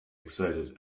excited